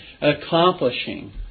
accomplishing